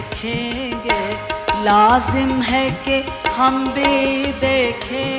देखेंगे। लाजिम है कि हम भी देखें।